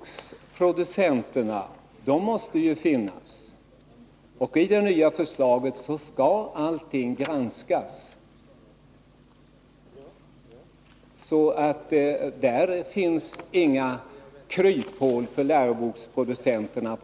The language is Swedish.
Fru talman! Läroboksproducenterna måste finnas. Enligt det nya förslaget skall allting granskas. Där finns inga kryphål för läroboksproducenterna.